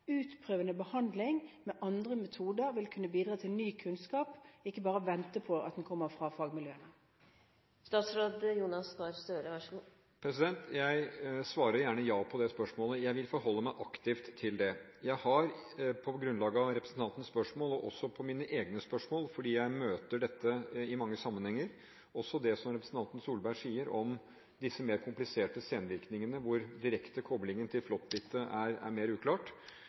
utprøvende behandling med andre metoder vil kunne bidra til ny kunnskap – og ikke bare vente på at det kommer fra fagmiljøene. Jeg svarer gjerne ja på det spørsmålet: Jeg vil forholde meg aktivt til det. Jeg har på grunnlag av representantens spørsmål og også mine egne spørsmål, fordi jeg møter dette i mange sammenhenger, også det som representanten Solberg sier om de mer kompliserte senvirkningene, hvor direkte kobling til flåttbitt er mer uklart,